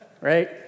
right